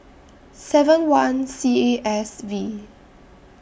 seven one C A S V